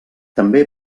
també